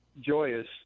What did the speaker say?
joyous